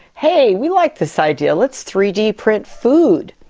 hey, we like this idea, let's three d print food.